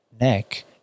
neck